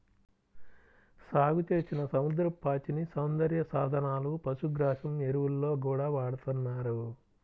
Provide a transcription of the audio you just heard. సాగుచేసిన సముద్రపు పాచిని సౌందర్య సాధనాలు, పశుగ్రాసం, ఎరువుల్లో గూడా వాడతన్నారు